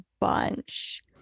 bunch